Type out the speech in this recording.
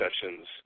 sessions